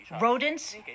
rodents